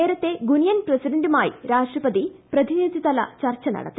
നേരത്തെ ഗുനിയൻ പ്രസിഡന്റുമായി രാഷ്ട്രപതി പ്രതിനിധി തല ചർച്ച നടത്തി